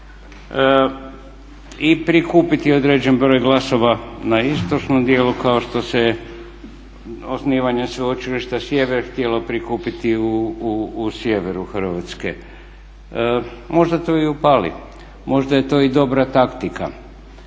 i prikupiti određen broj glasova na istočnom dijelu kao što se osnivanjem Sveučilišta Sjever htjelo prikupiti u sjeveru Hrvatske. Možda to i upali, možda je to i dobra taktika,